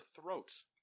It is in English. throats